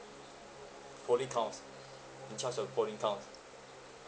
polling count in charge of polling counts